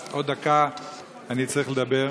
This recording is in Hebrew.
אז עוד דקה אני אצטרך לדבר.